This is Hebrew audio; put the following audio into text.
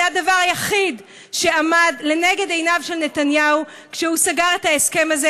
זה הדבר היחיד שעמד לנגד עיניו של נתניהו כשהוא סגר את ההסכם הזה,